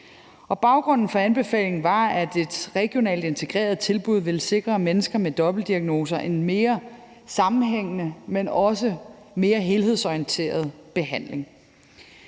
Baggrunden for anbefalingen var, at et regionalt integreret tilbud ville sikre mennesker med dobbeltdiagnoser en mere sammenhængende, men også mere helhedsorienteret behandling.